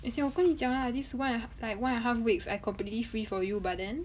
as in 我跟你讲 lah this one like one and a half weeks I completely free for you but then